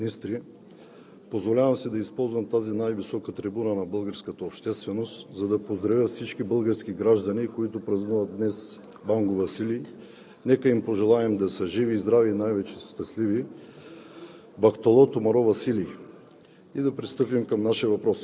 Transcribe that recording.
Уважаема госпожо Председател, уважаеми колеги народни представители, дами и господа министри! Позволявам си да използвам тази най-висока трибуна на българската общественост, за да поздравя всички български граждани, които празнуват днес Банго Василий! Нека им пожелаем да са живи и здрави и най-вече щастливи!